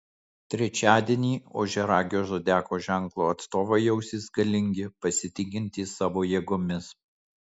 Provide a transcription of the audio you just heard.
trečiadienį ožiaragio zodiako ženklo atstovai jausis galingi pasitikintys savo jėgomis